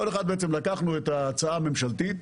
כל אחד מאיתנו לקח את ההצעה הממשלתית,